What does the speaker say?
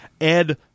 Ed